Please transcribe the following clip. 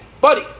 buddy